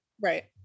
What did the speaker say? right